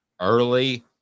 early